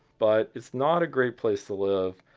but it's not a great place to live,